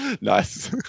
Nice